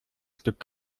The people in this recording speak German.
stück